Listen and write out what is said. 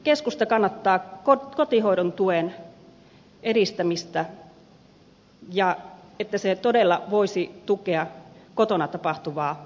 keskusta kannattaa kotihoidon tuen edistämistä niin että se todella voisi tukea kotona tapahtuvaa hoitoa